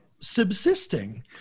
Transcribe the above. subsisting